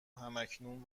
همکنون